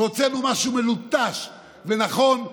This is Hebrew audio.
והוצאנו משהו מלוטש ונכון.